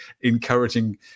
encouraging